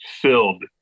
filled